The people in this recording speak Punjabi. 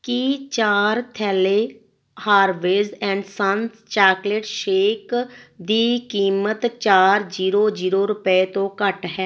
ਕੀ ਚਾਰ ਥੈਲੈ Harveys and Sons chocolate shake ਦੀ ਕੀਮਤ ਚਾਰ ਜ਼ੀਰੋ ਜ਼ੀਰੋ ਰੁਪਏ ਤੋਂ ਘੱਟ ਹੈ